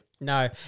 No